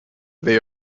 they